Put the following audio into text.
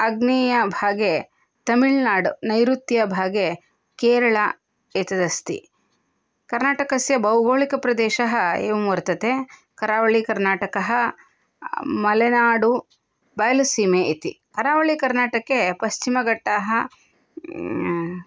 आग्नेयभागे तमिल्नाडु नैऋत्यभागे केरला एतदस्ति कर्णाटकस्य भौगोलिकप्रदेशः एवं वर्तते करावल्लीकर्णाटकः मलनाडु बायलसीमे इति अरावल्लीकर्णाटके पश्चिमगट्टाः